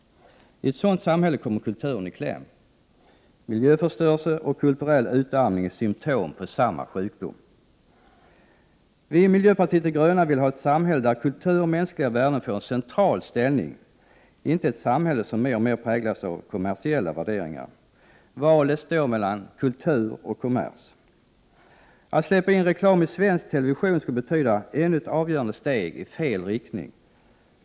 I ett sådant samhälle kommer kulturen i kläm. Miljöförstörelse och kulturell utarmning är symtom på samma sjukdom. Vi i miljöpartiet de gröna vill ha ett samhälle där kultur och mänskliga värden får en central ställning, inte ett samhälle som mer och mer präglas av kommersiella värderingar. Valet står mellan kultur och kommers. Att släppa in reklam i svensk television skulle betyda ännu ett avgörande steg i fel riktning.